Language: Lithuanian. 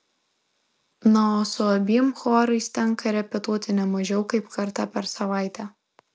na o su abiem chorais tenka repetuoti ne mažiau kaip kartą per savaitę